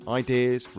ideas